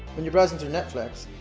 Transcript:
when you're browsing through netflix,